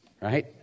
right